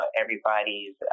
everybody's